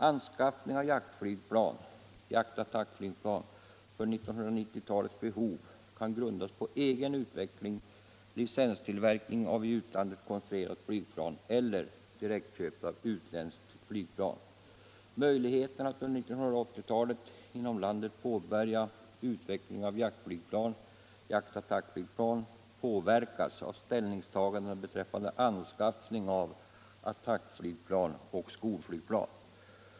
Anskaffning av jaktflygplan för 1990-talets behov kan grundas på egen utveckling, licenstillverkning av i utlandet konstruerat flygplan eller direktköp av utländskt flygplan. Möjligheterna att under 1980-talet inom landet påbörja utvecklingen av jaktflygplan påverkas av ställningstagandena beträffande anskaffning av attackflygplan och skolflygplan.